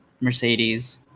Mercedes